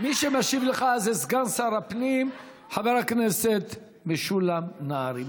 מי שמשיב לך זה סגן שר הפנים חבר הכנסת משולם נהרי.